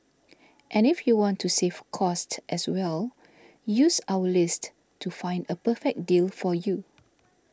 and if you want to save cost as well use our list to find a perfect deal for you